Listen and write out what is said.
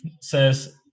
says